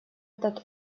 этот